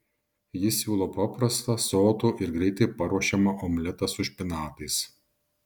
jis siūlo paprastą sotų ir greitai paruošiamą omletą su špinatais